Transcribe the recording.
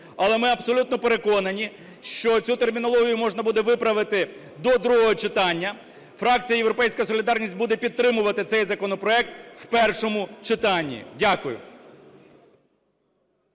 Але ми абсолютно переконані, що цю термінологію можна буде виправити до другого читання. Фракція "Європейська солідарність" буде підтримувати цей законопроект в першому читанні. Дякую.